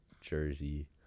jersey